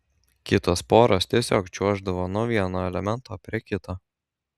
kitos poros tiesiog čiuoždavo nuo vieno elemento prie kito